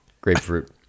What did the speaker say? Grapefruit